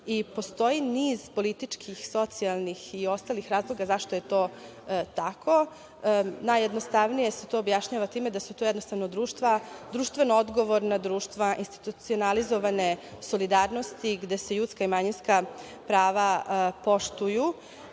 postoji niz političkih, socijalnih i ostalih razloga zašto je to tako. Najjednostavnije se to objašnjava time da su to jednostavno društveno odgovorna društva, institucionalizovane solidarnosti gde se ljudska i manjinska prava poštuju,